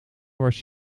was